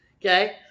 okay